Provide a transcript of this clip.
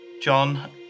John